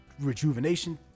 rejuvenation